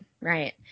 right